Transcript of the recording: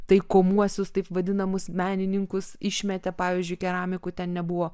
taikomuosius taip vadinamus menininkus išmetė pavyzdžiui keramikų ten nebuvo